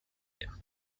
him